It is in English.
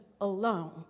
alone